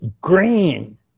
green